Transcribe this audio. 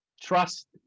Trust